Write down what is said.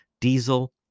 diesel